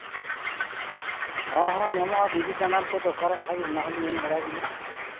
ᱦᱚᱸ ᱦᱚᱸ ᱧᱟᱢᱚᱜᱼᱟ ᱵᱤᱫᱩ ᱪᱸᱫᱟᱱ ᱠᱚ ᱫᱚᱨᱠᱟᱨᱚᱜ ᱠᱷᱟᱡ ᱚᱱᱟ ᱦᱚᱸᱞᱤᱧ ᱮᱢ ᱫᱟᱲᱮᱭᱟᱵᱤᱱᱟ